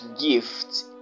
gift